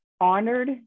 honored